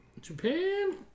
Japan